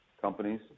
companies